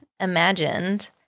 imagined